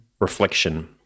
reflection